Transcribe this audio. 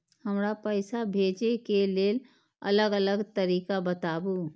हमरा पैसा भेजै के लेल अलग अलग तरीका बताबु?